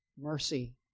mercy